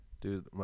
Dude